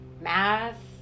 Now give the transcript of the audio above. math